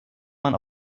man